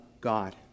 God